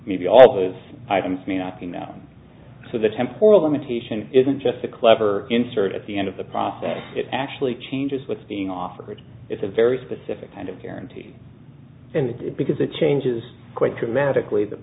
may be all those items may not be now so the tempura limitation isn't just a clever insert at the end of the process it actually changes what's being offered it's a very specific kind of guarantee and because it changes quite dramatically the